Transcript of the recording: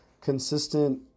consistent